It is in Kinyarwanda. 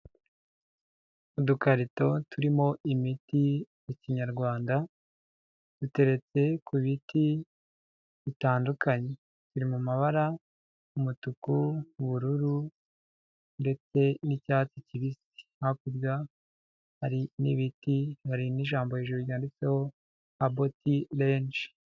Udukarito turimo imiti ya kinyarwanda, dutereretse ku biti bitandukanye, biri mu mabara, umutuku, ubururu ndetse n'icyatsi kibisi. Hakurya hari n'ibiti, hari n'ijambo hejuru ryanditseho Herbal Tea Range.